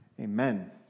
Amen